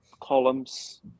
columns